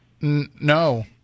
No